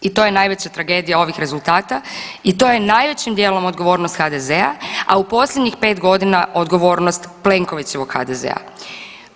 I to je najveća tragedija ovih rezultata i to je najvećim dijelom odgovornost HDZ-a, a u posljednjih 5 godina odgovornost Plenkovićevog HDZ-a.